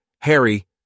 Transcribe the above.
Harry